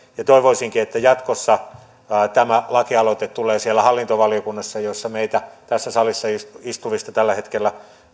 toivoisinkin että jatkossa tämä lakialoite tulee siellä hallintovaliokunnassa jossa meitä tällä hetkellä tässä salissa istuvista